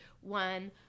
One